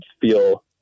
feel